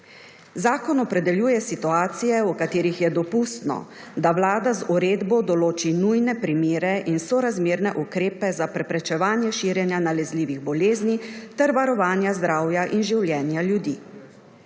Zakon opredeljuje situacije, v katerih je dopustno, da Vlada z uredbo določi nujne primere in sorazmerne ukrepe za preprečevanje širjenja nalezljivih bolezni ter varovanja zdravja in življenja ljudi.